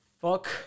Fuck